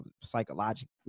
psychologically